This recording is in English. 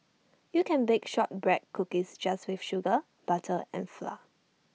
you can bake Shortbread Cookies just with sugar butter and flour